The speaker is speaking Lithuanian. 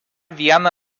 vieną